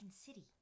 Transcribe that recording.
City